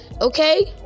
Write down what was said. okay